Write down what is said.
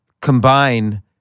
combine